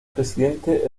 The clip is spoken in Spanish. presidente